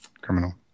Criminal